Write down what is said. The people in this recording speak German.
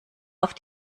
auf